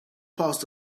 passed